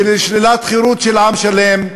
של שלילת חירות של עם שלם,